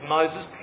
Moses